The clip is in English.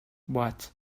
but